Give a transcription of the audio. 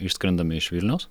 išskrendame iš vilniaus